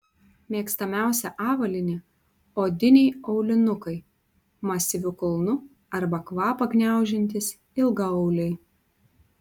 mėgstamiausia avalynė odiniai aulinukai masyviu kulnu arba kvapą gniaužiantys ilgaauliai